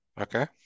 Okay